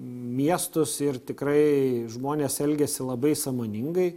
miestus ir tikrai žmonės elgiasi labai sąmoningai